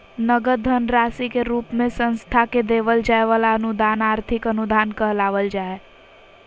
नगद धन राशि के रूप मे संस्था के देवल जाय वला अनुदान आर्थिक अनुदान कहलावय हय